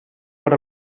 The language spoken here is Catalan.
per